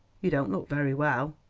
you don't look very well.